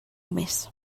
més